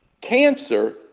cancer